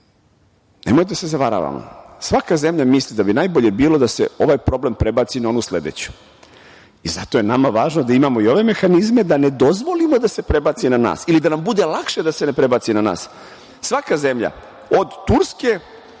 Nemojte da se zavaravamo. Svaka zemlja misli da bi najbolje bilo da se ovaj problem prebaci na onu sledeću. Zato je nama važno da imamo i ove mehanizme da ne dozvolimo da se prebaci na nas ili da nam bude lakše da se ne prebaci na nas. Svaka zemlja od Turske